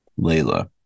layla